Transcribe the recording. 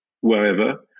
wherever